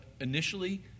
initially